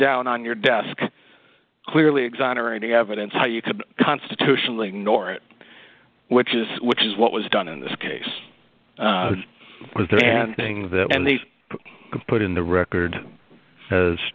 down on your desk clearly exonerating evidence how you could constitutionally ignore it which is which is what was done in this case was the thing that and they put in the record as